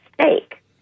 steak